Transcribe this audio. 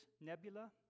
Nebula